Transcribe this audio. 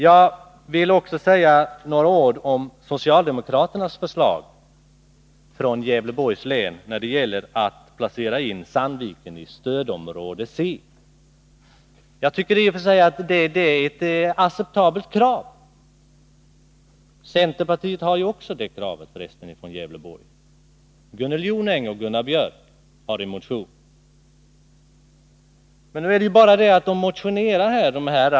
Låt mig också säga några ord om förslaget från socialdemokraterna i Gävleborgs län om att placera in Sandviken i stödområde C. Det är ett acceptabelt krav som också har ställts av centerpartiets representanter i Gävleborg. Gunnel Jonäng och Gunnar Björk i Gävle har väckt en motion därom. Men vad händer?